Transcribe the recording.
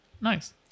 nice